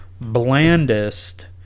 blandest